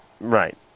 right